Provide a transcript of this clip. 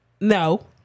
No